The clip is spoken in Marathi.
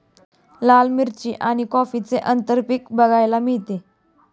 लाल मिरची आणि कॉफीचे आंतरपीक बघायला मिळते